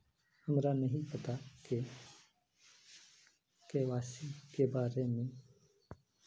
हमरा नहीं पता के.वाई.सी के बारे में?